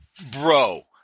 bro